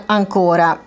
ancora